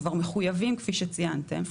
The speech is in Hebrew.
שכבר מחויבים כפי שציינתם,